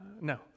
No